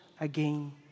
again